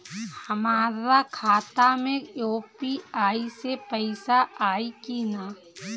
हमारा खाता मे यू.पी.आई से पईसा आई कि ना?